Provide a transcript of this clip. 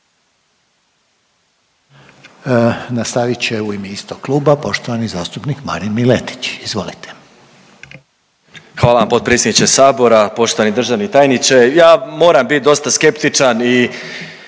Nastavit će u ime istog kluba poštovani zastupnik Marin Miletić, izvolite. **Miletić, Marin (MOST)** Hvala vam potpredsjedniče Sabora, poštovani državni tajniče. Ja moram bit dosta skeptičan i